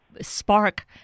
spark